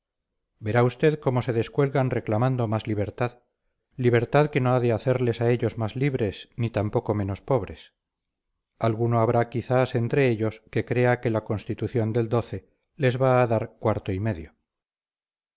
verá usted cómo se descuelgan reclamando más libertad libertad que no ha de hacerles a ellos más libres ni tampoco menos pobres alguno habrá quizás entre ellos que crea que la constitución del les va a dar cuarto y medio